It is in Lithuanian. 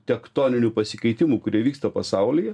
tektoninių pasikeitimų kurie vyksta pasaulyje